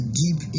deep